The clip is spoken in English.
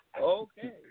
Okay